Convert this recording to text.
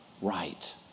right